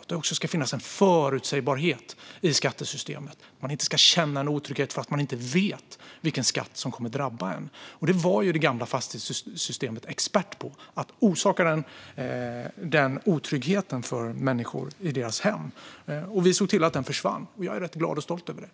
Vi tycker att det ska finnas en förutsägbarhet i skattesystemet. Människor ska inte känna otrygghet för att de inte vet vilken skatt som kommer att drabba dem, och det gamla fastighetssystemet var ju expert på att orsaka just otrygghet för människor i deras hem. Vi såg till att den otryggheten försvann, och jag är rätt glad och stolt över det.